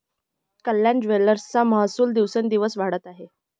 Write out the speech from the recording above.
कल्याण ज्वेलर्सचा महसूल दिवसोंदिवस वाढत आहे